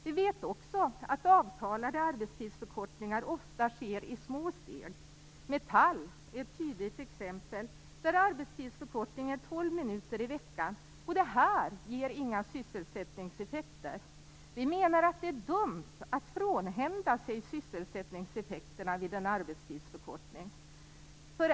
Vi vet också att avtalade arbetstidsförkortningar ofta sker i små steg. Metall är ett tydligt exempel. Där är arbetstidsförkortningen 12 minuter i veckan, och det ger inga sysselsättningseffekter. Vi menar att det är dumt att frånhända sig sysselsättningseffekterna vid en arbetstidsförkortning.